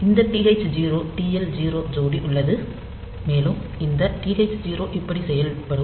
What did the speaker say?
இந்த TH 0 TL 0 ஜோடி உள்ளது மேலும் இந்த TH 0 இப்படி செயல்படும்